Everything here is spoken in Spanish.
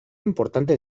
importante